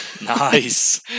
Nice